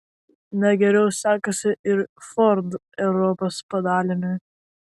ne geriau sekasi ir ford europos padaliniui